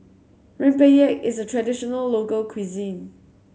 Rempeyek is a traditional local cuisine